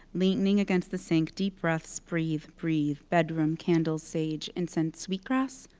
leaning against the sink, deep breaths. breathe, breathe. bedroom, candles, sage, incense, wheat grass?